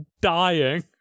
dying